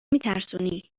میترسونی